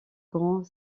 grand